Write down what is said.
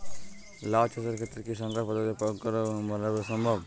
লাও চাষের ক্ষেত্রে কি সংকর পদ্ধতি প্রয়োগ করে বরো করা সম্ভব?